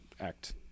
act